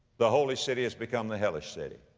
the holy city has become the hellish city,